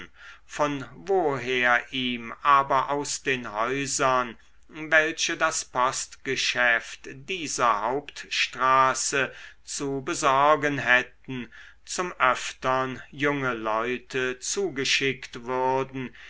von woher ihm aber aus den häusern welche das postgeschäft dieser hauptstraße zu besorgen hätten zum öftern junge leute zugeschickt würden